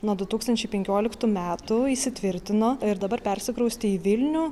nuo du tūkstančiai penkioliktų metų įsitvirtino ir dabar persikraustė į vilnių